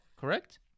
Correct